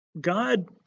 god